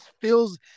feels